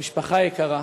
משפחה יקרה,